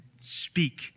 speak